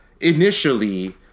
initially